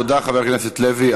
תודה, חבר הכנסת לוי.